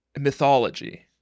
mythology